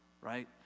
right